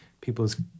people's